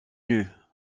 nues